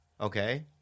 Okay